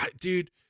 dude